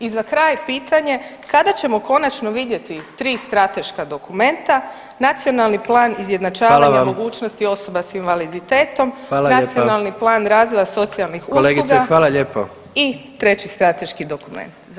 I za kraj pitanje, kada ćemo konačno vidjeti tri strateška dokumenta, Nacionalni plan izjednačavanja [[Upadica predsjednik: Hvala vam.]] mogućnosti osoba s invaliditetom [[Upadica predsjednik: Hvala lijepa.]] Nacionalni plan razvoja socijalnih usluga [[Upadica predsjednik: Kolegice, hvala lijepa.]] i treći strateški dokument?